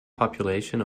population